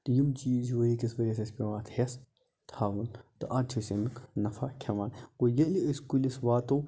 یِم چیٖز چھِ ؤریِکِس ؤریَس اَسہِ پیٚوان اتھ ہیٚس تھاوُن تہٕ اَدٕ چھِ أسۍ امیُک نَفع کھیٚوان گوٚو ییٚلہِ أسۍ کُلِس واتو